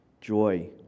joy